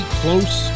close